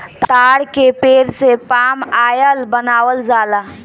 ताड़ के पेड़ से पाम आयल बनावल जाला